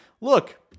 Look